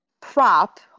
prop